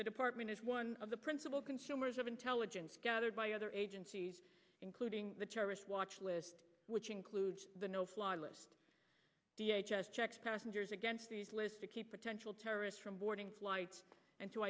the department is one of the principal consumers of intelligence gathered by other agencies including the terrorist watch list which includes the no fly list checks passengers against these lists to keep potential terrorists from boarding flights and to